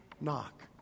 knock